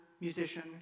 musician